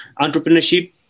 entrepreneurship